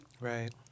Right